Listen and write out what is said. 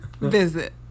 visit